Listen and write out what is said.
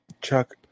Chuck